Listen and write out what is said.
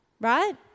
right